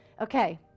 okay